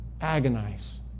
agonize